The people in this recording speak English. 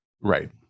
Right